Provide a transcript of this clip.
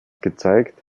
gezeigt